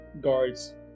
guards